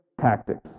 tactics